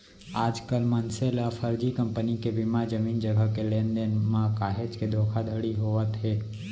आजकल मनसे ल फरजी कंपनी के बीमा, जमीन जघा के लेन देन म काहेच के धोखाघड़ी होवत हे